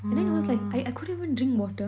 and then it was like I I couldn't even drink water